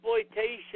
exploitation